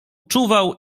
czuwał